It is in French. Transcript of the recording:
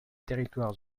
territoires